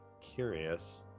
curious